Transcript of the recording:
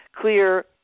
Clear